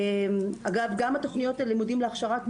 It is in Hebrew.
אגב, גם תוכניות הלימודים להכשרת מורים,